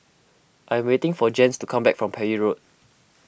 I am waiting for Jens to come back from Parry Road